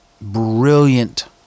brilliant